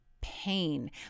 pain